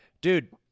Dude